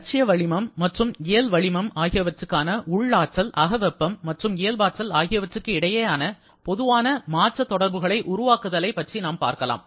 இலட்சிய வளிமம் மற்றும் இயல் வளிமம் ஆகியவற்றுக்கான உள் ஆற்றல் அகவெப்பம் மற்றும் இயல்பாற்றல் ஆகியவற்றுக்கு இடையே ஆன பொதுவான மாற்ற தொடர்புகளை உருவாக்குதலை பற்றி பார்க்கலாம்